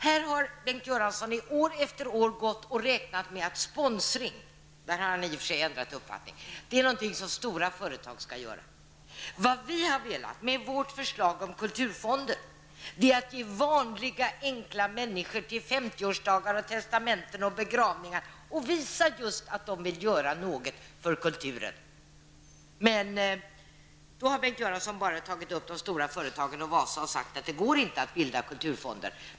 Här har Bengt Göransson år efter år räknat med att sponsring är något som stora företa skall ägna sig åt. Där har han i och för sig ändrat uppfattning. Vad vi har velat med våra förslag om kulturfonder är att ge enkla människor möjligheter att visa att de vill göra något för kulturen genom att kunna ge bidrag till 50 årsdagar, testamenten och i begravningar. Men Bengt Göransson har bara tagit de stora företagen och talat om Vasa och sagt att det går inte att bilda kulturfonder.